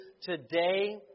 today